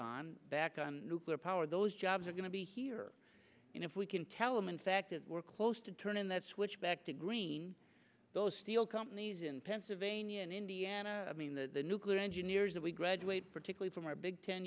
on back on nuclear power those jobs are going to be here and if we can tell them in fact that we're close to turn in that switch back to green those steel companies in pennsylvania and indiana i mean the nuclear engineers of graduate particularly from our big ten